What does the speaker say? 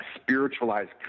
spiritualized